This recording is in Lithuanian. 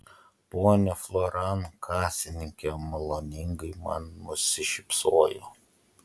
ponia floran kasininkė maloningai man nusišypsojo